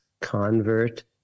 convert